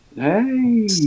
Hey